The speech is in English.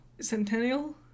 Centennial